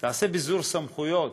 תעשה ביזור סמכויות,